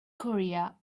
korea